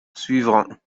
suivront